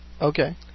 Okay